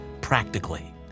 practically